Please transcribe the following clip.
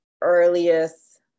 earliest